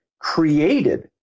created